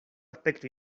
aspecto